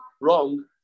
wrong